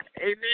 Amen